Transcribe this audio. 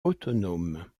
autonome